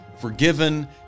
Forgiven